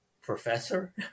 professor